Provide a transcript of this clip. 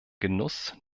genuss